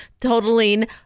totaling